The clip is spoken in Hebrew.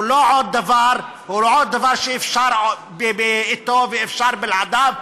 הוא לא עוד דבר שאפשר אתו ואפשר בלעדיו.